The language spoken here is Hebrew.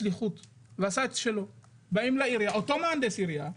אותו מהנדס עירייה,